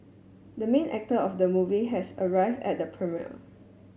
the main actor of the movie has arrived at the premiere